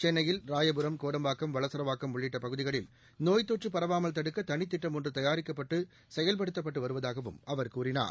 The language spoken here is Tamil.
சென்னை ராயபுரம் கோடம்பாக்கம் வளசரவாக்கம் உள்ளிட்ட பகுதிகளில் நோய்த்தொற்று பரவாமல் தடுக்க தளி திட்டம் ஒன்று தயாரிக்கப்பட்டு செயல்படுத்தப்பட்டு வருவதாகவும் அவர் கூறினார்